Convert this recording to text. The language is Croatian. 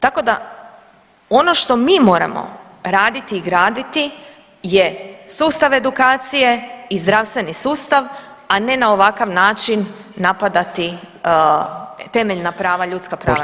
Tako da ono što mi moramo raditi i graditi je sustav edukacije i zdravstveni sustav, a ne na ovakav način napadati temeljna prava i ljudska prava žena.